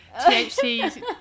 THC